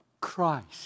Christ